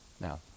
Now